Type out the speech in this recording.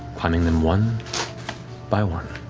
climbing them one by one.